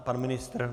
Pan ministr?